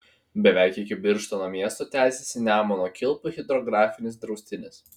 beveik iki birštono miesto tęsiasi nemuno kilpų hidrografinis draustinis